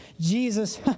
jesus